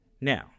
Now